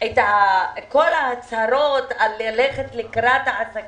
יש את ההצהרות של הבנקים על הליכה לקראת העסקים